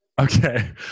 Okay